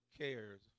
cares